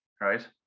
right